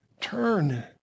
Turn